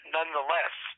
Nonetheless